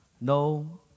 no